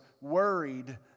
worried